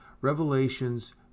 Revelations